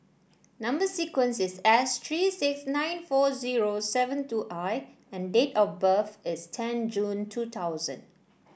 number sequence is S three six nine four zero seven two I and date of birth is ten June two thousand